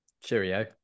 Cheerio